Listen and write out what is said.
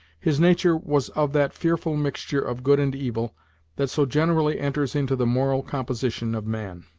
his nature was of that fearful mixture of good and evil that so generally enters into the moral composition of man.